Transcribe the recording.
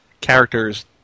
characters